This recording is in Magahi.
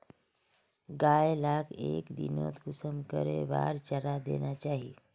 गाय लाक एक दिनोत कुंसम करे बार चारा देना चही?